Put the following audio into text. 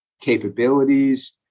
capabilities